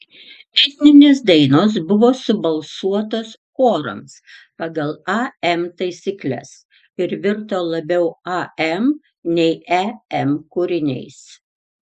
etninės dainos buvo subalsuotos chorams pagal am taisykles ir virto labiau am nei em kūriniais